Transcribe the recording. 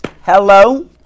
Hello